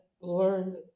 learned